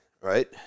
right